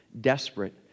desperate